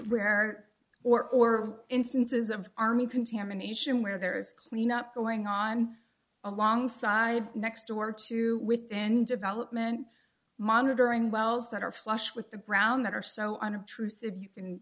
where or or instances of army contamination where there is cleanup going on alongside next door to within development monitoring wells that are flush with the ground that are so